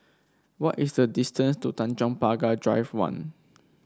what is the distance to Tanjong Pagar Drive One